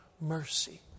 mercy